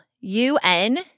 UN